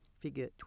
Figure